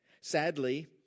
Sadly